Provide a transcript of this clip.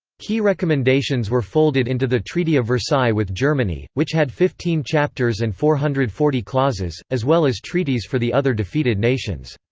key recommendations were folded into the treaty of versailles with germany, which had fifteen chapters and four hundred and forty clauses, as well as treaties for the other defeated nations.